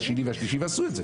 השני והשלישי עשו את זה.